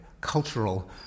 cultural